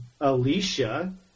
Alicia